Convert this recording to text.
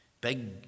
big